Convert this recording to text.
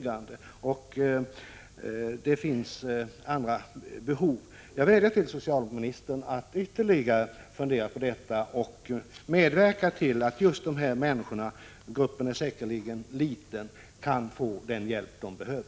som endast förebyggande behandling. Jag vädjar därför till socialministern att ytterligare fundera över detta och medverka till att just dessa människor — gruppen är säkerligen liten — kan få den ekonomiska hjälp de behöver.